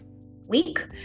week